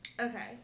Okay